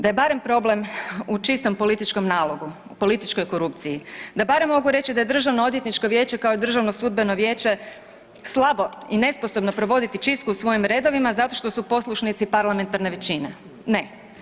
Da je barem problem u čistom političkom nalogu, u političkoj korupciji, da barem mogu reći da je Državno odvjetničko vijeće kao i Državno sudbeno vijeće slabo i nesposobno provoditi čistku u svojim redovima zato što su poslušnici parlamentarne većine, ne.